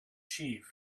chief